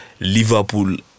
Liverpool